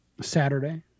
Saturday